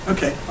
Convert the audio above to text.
Okay